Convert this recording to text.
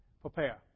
prepare